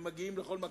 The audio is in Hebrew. הם מגיעים לכל מקום,